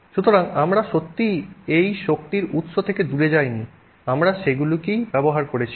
সুতরাং আমরা সত্যিই এই শক্তির উৎস থেকে দূরে যাইনি আমরা সেইগুলিই ব্যবহার করছি